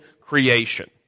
creation